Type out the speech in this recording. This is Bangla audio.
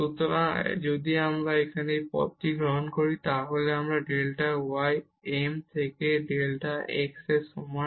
সুতরাং যদি আমরা এখানে এই পথটি গ্রহণ করি তাহলে ডেল্টা y হল m থেকে ডেল্টা x এর সমান